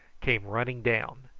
came running down.